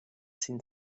sin